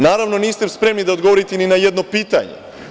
Naravno, niste spremni da odgovorite ni na jedno pitanje.